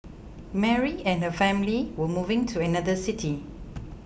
Mary and her family were moving to another city